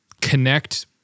connect